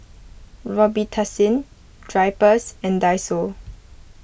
Robitussin Drypers and Daiso